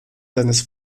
seines